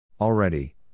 Already